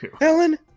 Ellen